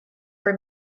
for